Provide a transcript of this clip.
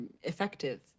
effective